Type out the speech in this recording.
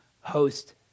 host